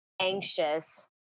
anxious